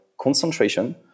concentration